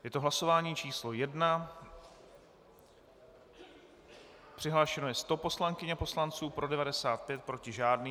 Je to hlasování číslo 1, přihlášeno je 100 poslankyň a poslanců, pro 95, proti žádný.